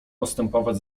postępować